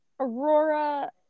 Aurora